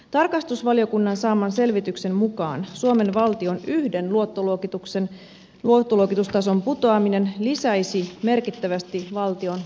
tarkastusvaliokunnan saaman selvityksen mukaan suomen valtion yhden luottoluokitustason putoaminen lisäisi merkittävästi valtion korkomenoja